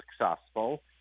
successful